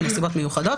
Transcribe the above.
בנסיבות מיוחדות,